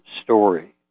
story